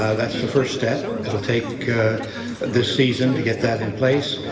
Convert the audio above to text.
ah that's the first step. it will take this season to get that in place.